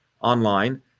online